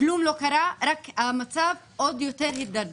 כלום לא קרה, והמצב רק עוד יותר התדרדר.